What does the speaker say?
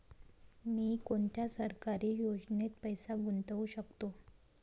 मी कोनच्या सरकारी योजनेत पैसा गुतवू शकतो?